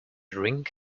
drink